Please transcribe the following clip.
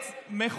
מי זה?